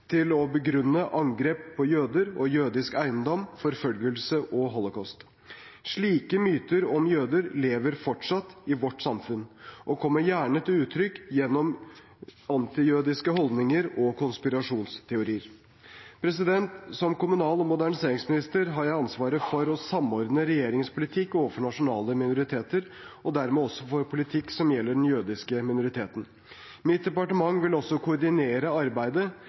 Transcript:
til å begrunne angrep på jøder og jødisk eiendom, forfølgelse og holocaust. Slike myter om jøder lever fortsatt i vårt samfunn og kommer gjerne til uttrykk gjennom antijødiske holdninger og konspirasjonsteorier. Som kommunal- og moderniseringsminister har jeg ansvar for å samordne regjeringens politikk overfor nasjonale minoriteter og dermed også for politikken som gjelder den jødiske minoriteten. Mitt departement vil også koordinere arbeidet